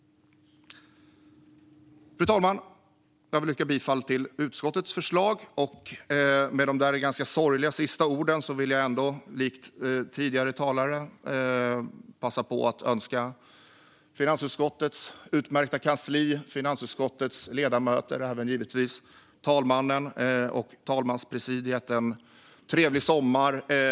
Fru talman! Jag yrkar bifall till utskottets förslag. Efter mina ganska sorgliga ord vill jag ändå, likt tidigare talare, passa på att önska finansutskottets utmärkta kansli, finansutskottets ledamöter och givetvis även talmannen och talmanspresidiet en trevlig sommar.